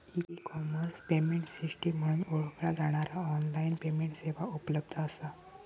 E commerce payment system म्हणून ओळखला जाणारा ऑनलाइन पेमेंट सेवा उपलब्ध असा